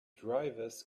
drivers